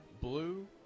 blue